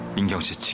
in gyojin.